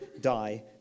die